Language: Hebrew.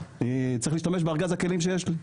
צריך להשתמש בארגז הכלים שיש לי,